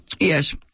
Yes